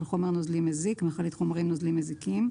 חומר נוזלי מזיק (מכלית חומרים נוזלים מזיקים).